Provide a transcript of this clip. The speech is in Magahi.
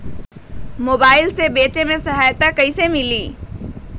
मोबाईल से बेचे में सहायता कईसे मिली?